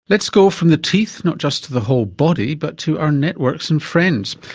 let's go from the teeth not just to the whole body but to our networks and friends.